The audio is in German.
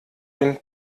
den